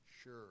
sure